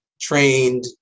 trained